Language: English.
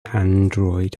android